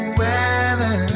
weather